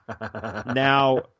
Now